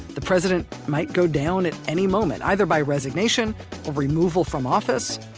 the president might go down at any moment, either by resignation, or removal from office.